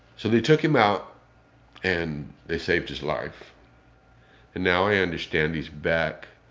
so they took him out and they saved his life and now i understand he's back.